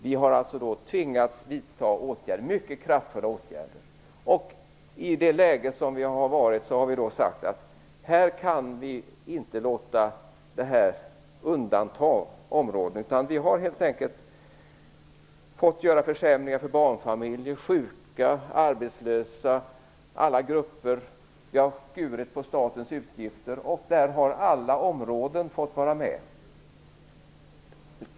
Vi har därför tvingats att vidta mycket kraftfulla åtgärder. Vi har i det läge som rått sagt att vi inte kan undanta några områden. Vi har fått göra försämringar för alla grupper, bl.a. barnfamiljer, sjuka och arbetslösa, genom att skära i statens utgifter.